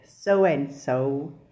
so-and-so